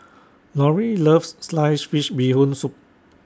Lorri loves Sliced Fish Bee Hoon Soup